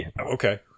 Okay